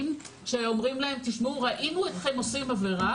שאומרים להם: ראינו אתכם עושים עבירה.